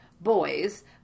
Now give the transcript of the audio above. boys